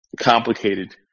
Complicated